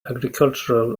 agricultural